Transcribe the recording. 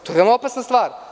To je veoma opasna stvar.